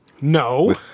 No